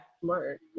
smart